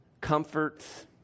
comforts